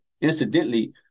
incidentally